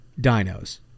dinos